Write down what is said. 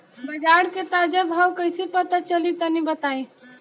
बाजार के ताजा भाव कैसे पता चली तनी बताई?